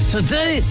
Today